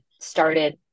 started